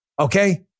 Okay